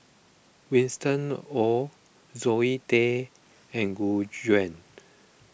Winston Oh Zoe Tay and Gu Juan